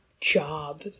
job